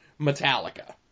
Metallica